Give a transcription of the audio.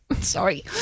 Sorry